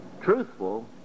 truthful